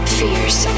fierce